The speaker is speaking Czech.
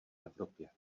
evropě